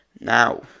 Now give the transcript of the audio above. Now